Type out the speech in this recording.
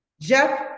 Jeff